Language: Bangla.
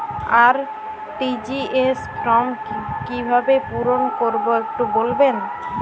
আর.টি.জি.এস ফর্ম কিভাবে পূরণ করবো একটু বলবেন?